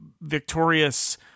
victorious